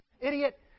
Idiot